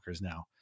now